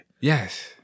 Yes